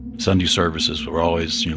sunday services were always, you know,